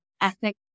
ethic